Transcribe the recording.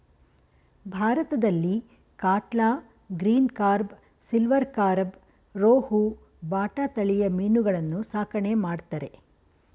ಭಾರತದಲ್ಲಿ catla, green carp, silver carp, rohu, bata ತಳಿಯ ಮೀನುಗಳನ್ನು ಸಾಕಣೆ ಮಾಡ್ತರೆ